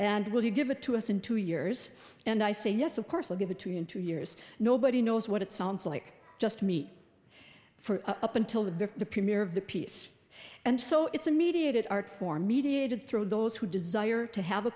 you give it to us in two years and i say yes of course i'll give it to you in two years nobody knows what it sounds like just meet for up until the the premier of the piece and so it's a mediated art form mediated through those who desire to have a